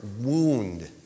wound